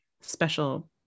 special